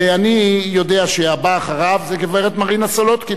ואני יודע שהבאה אחריו היא הגברת מרינה סולודקין.